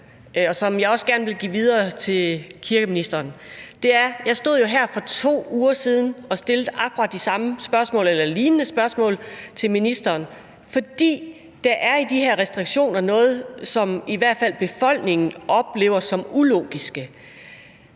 jeg også gerne give videre til kirkeministeren. Jeg stod jo her for 2 uger siden og stillede akkurat lignende spørgsmål til ministeren, fordi der i de her restriktioner er noget, som i hvert fald befolkningen oplever som ulogisk.